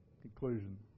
Conclusion